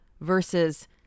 versus